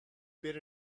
been